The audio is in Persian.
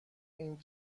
این